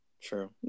true